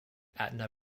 edna